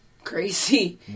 crazy